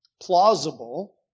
plausible